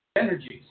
energies